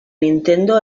nintendo